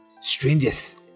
Strangers